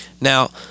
Now